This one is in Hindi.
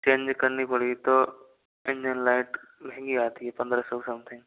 चेंज करनी पड़ी तो इंजन लायट वही आती है पंद्रह सौ समथिंग